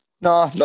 No